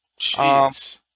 Jeez